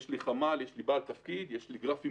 יש לי חמ"ל, יש לי בעל תפקיד, יש לי גרף אימונים.